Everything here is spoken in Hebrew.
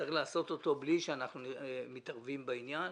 שצריך לעשות אותו בלי שאנחנו מתערבים בעניין.